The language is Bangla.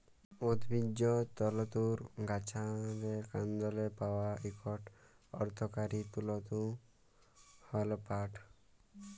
উদ্ভিজ্জ তলতুর গাহাচের কাল্ডলে পাউয়া ইকট অথ্থকারি তলতু হ্যল পাট